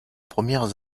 premières